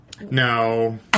No